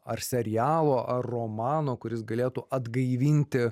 ar serialo ar romano kuris galėtų atgaivinti